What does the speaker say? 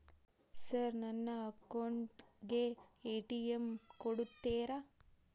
Sir ನನ್ನ account ಗೆ ATM ಕೊಡುತ್ತೇರಾ?